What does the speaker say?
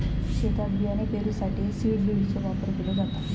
शेतात बियाणे पेरूसाठी सीड ड्रिलचो वापर केलो जाता